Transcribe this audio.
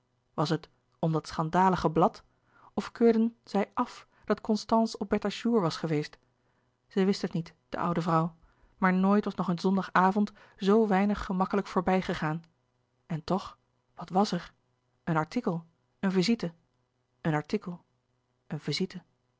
was het om dat schandalige blad of keurden zij af dat constance op bertha's jour was geweest zij wist het niet de oude vrouw maar nooit was nog een zondagavond zoo weinig gemakkelijk voorbijgegaan en toch wat was er een artikel een visite een artikel een visite